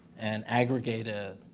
and aggregate ah